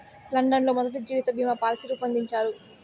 London లో మొదటి జీవిత బీమా పాలసీ రూపొందించారు